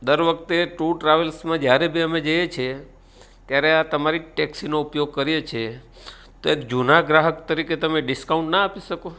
દર વખતે ટુર ટ્રાવેલસમાં જ્યારે બી અમે જઈએ છીએ ત્યારે આ તમારી જ ટેક્સીનો ઉપયોગ કરીએ છીએ તો એક જૂના ગ્રાહક તરીકે તમે ડિસ્કાઉન ન આપી શકો